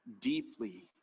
deeply